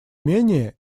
менее